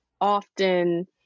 often